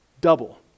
double